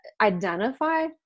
identify